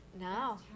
No